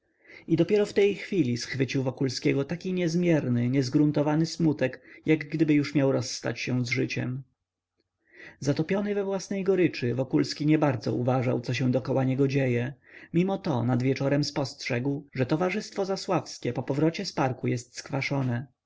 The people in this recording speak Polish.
i dopiero w tej chwili schwycił wokulskiego taki niezmierny niezgruntowany smutek jak gdyby już miał rozstać się z życiem zatopiony we własnej goryczy wokulski niebardzo uważał co się dokoła niego dzieje mimo to nad wieczorem spostrzegł że towarzystwo zasławskie po powrocie z parku jest skwaszone